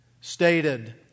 stated